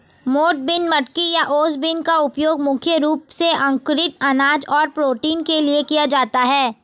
मोठ बीन, मटकी या ओस बीन का उपयोग मुख्य रूप से अंकुरित अनाज और प्रोटीन के लिए किया जाता है